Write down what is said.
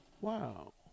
wow